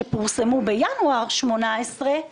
שפורסמו בינואר 2018,